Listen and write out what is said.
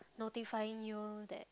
notifying you that